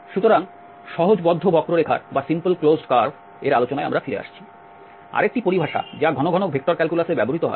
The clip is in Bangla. সুতরাং সহজ বদ্ধ বক্ররেখার আলোচনায় ফিরে আসছি আরেকটি পরিভাষা যা ঘন ঘন ভেক্টর ক্যালকুলাসে ব্যবহৃত হয়